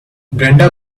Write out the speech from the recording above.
brenda